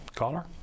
caller